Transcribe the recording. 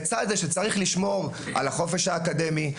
לצד זה שצריך לשמור על החופש האקדמי,